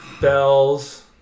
Bells